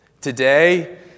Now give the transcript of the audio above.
Today